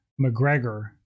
McGregor